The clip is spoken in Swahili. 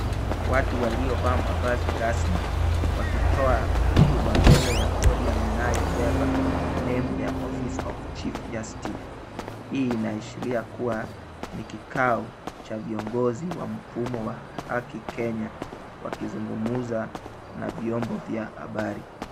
Watu waliovaa mavazi rasmi wakitoa hotuba mbele ya podium inayobeba nembo ya office of chief justice . Hii inaashiria kuwa ni kikao cha viongozi wa mfumo wa haki Kenya wakizungumza na vyombo vya habari.